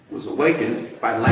was awakened by loud